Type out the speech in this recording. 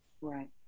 Right